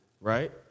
right